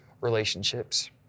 relationships